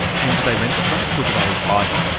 and do they rent the flats, or do they buy them?